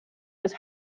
was